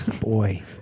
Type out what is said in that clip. Boy